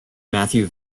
matthew